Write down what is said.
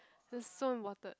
is so important